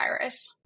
virus